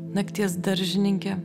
nakties daržininkė